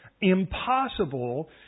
impossible